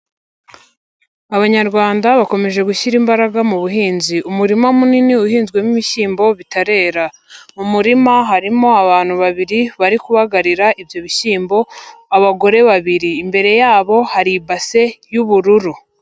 Abanyarwanda bakomeje gushyira imbaraga mu buhinzi, umurima munini uhinzwemo ibishyimbo bitarera, mu murima harimo abantu babiri bari kubagarira ibyo bishyimbo abagore babiri, imbere yabo hari ibase y'ubururu.